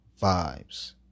vibes